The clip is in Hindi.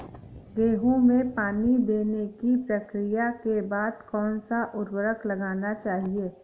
गेहूँ में पानी देने की प्रक्रिया के बाद कौन सा उर्वरक लगाना चाहिए?